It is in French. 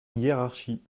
hiérarchie